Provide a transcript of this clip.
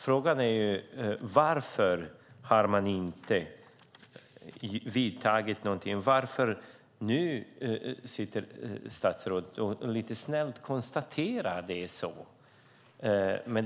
Frågan är varför det inte har vidtagits några åtgärder när statsrådet nu lite snällt konstaterar att det är så.